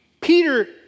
Peter